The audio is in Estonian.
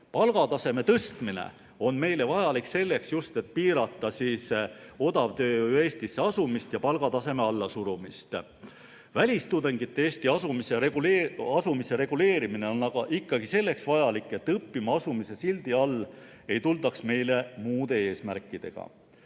Palgataseme tõstmine on meile vajalik selleks, et piirata odavtööjõu Eestisse asumist ja palgataseme allasurumist. Välistudengite Eestisse asumise reguleerimine on ikkagi selleks vajalik, et õppima asumise sildi all ei tuldaks meile muude eesmärkidega.